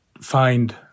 find